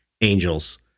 angels